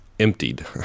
Emptied